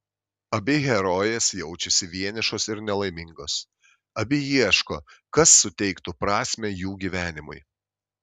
abi herojės jaučiasi vienišos ir nelaimingos abi ieško kas suteiktų prasmę jų gyvenimui